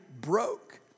broke